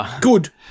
good